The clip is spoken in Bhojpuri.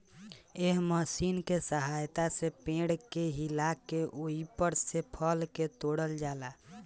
एह मशीन के सहायता से पेड़ के हिला के ओइपर से फल के तोड़ल जाला